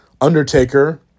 Undertaker